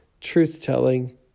truth-telling